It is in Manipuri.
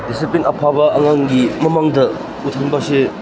ꯗꯤꯁꯤꯄ꯭ꯂꯤꯟ ꯑꯐꯕ ꯑꯉꯥꯡꯒꯤ ꯃꯃꯥꯡꯗ ꯎꯍꯟꯕꯁꯤ